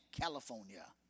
California